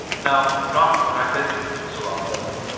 now, knock when i bid you, sirrah villain!